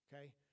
Okay